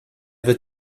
wird